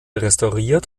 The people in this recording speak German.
restauriert